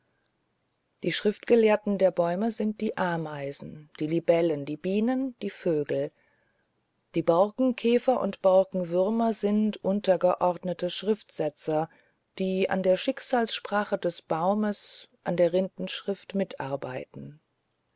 die schriftgelehrten der bäume sind die ameisen die libellen die bienen die vögel die borkenkäfer und borkenwürmer sind untergeordnetere schriftsetzer die an der schicksalssprache des baumes an der rindenschrift mitarbeiten